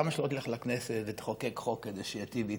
למה שלא תלך לכנסת ותחוקק חוק כדי שייטיב איתי?